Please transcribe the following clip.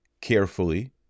carefully